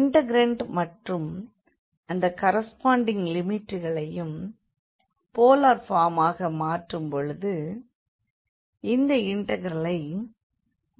integrand மற்றும் அந்த corresponding limit களையும் போலார் பார்மாக மாற்றும் பொழுது இந்த இண்டெக்ரலை